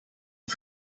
die